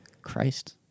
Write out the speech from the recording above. Christ